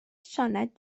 sioned